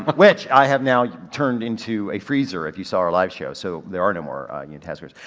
but which i have now turned into a freezer if you saw our live show so there are no more unitaskers.